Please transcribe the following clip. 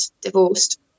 divorced